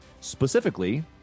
specifically